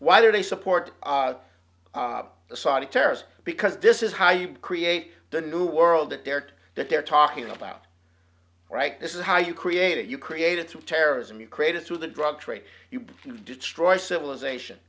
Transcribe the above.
why do they support the saudi tears because this is how you create the new world that they're that they're talking about right this is how you create it you created through terrorism you created through the drug trade you destroy civilization